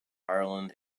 ireland